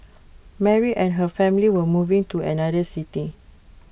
Mary and her family were moving to another city